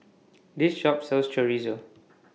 This Shop sells Chorizo